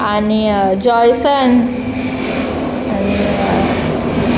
आनी जॉयसन